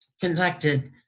conducted